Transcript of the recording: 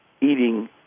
eating